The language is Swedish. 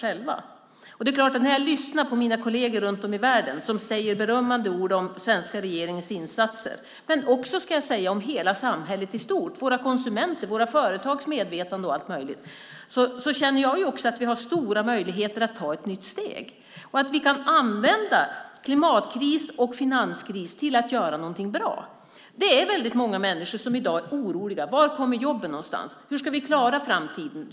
När jag lyssnar på mina kolleger runt om i världen som säger berömmande ord om svenska regeringens insatser och om hela samhället i stort, våra konsumenters och företags medvetande, känner jag att vi har stora möjligheter att ta ett nytt steg. Vi kan använda klimatkris och finanskris till att göra något bra. Det är många människor som i dag är oroliga. Var kommer jobben att finnas? Hur ska vi klara framtiden?